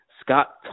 Scott